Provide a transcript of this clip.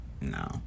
no